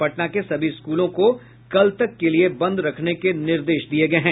पटना के सभी स्कूलों को कल तक के लिये बंद रखने के निर्देश दिये गये हैं